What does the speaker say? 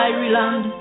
Ireland